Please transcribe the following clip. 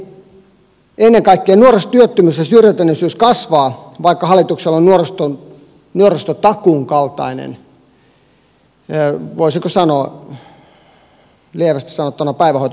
mielestäni ennen kaikkea nuorisotyöttömyys ja syrjäytyneisyys kasvavat vaikka hallituksella on nuorisotakuun kaltainen voisiko sanoa lievästi sanottuna päivähoito ohjelma päivähoitopaikkaohjelma vaikka